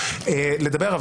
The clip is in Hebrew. לדבר.